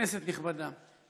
כנסת נכבדה,